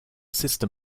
system